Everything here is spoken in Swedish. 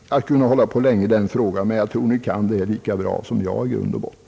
Jag skulle kunna uppehålla mig länge vid den frågan, men jag tror att ni kan den lika bra som jag.